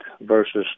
versus